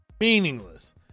Meaningless